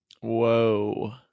Whoa